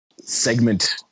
segment